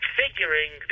figuring